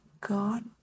God